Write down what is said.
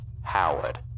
Howard